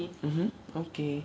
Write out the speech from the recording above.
mmhmm okay